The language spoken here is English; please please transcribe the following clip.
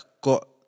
got